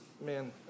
man